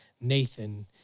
Nathan